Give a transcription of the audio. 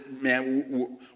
man